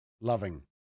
loving